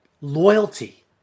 Loyalty